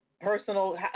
personal